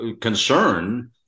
concern